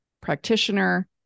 practitioner